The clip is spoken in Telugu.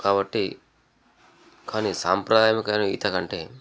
కాబట్టి కానీ సాంప్రదాయకమైన ఈత కంటే